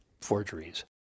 forgeries